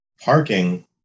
parking